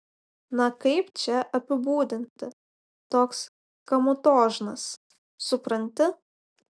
na kaip čia apibūdinti toks kamutožnas supranti